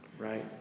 Right